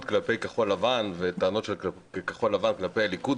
כלפי כחול לבן ואת הטענות של כחול לבן כלפי הליכוד,